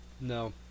No